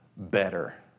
better